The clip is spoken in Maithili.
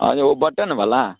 आ जे ओ बटनवला